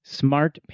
smart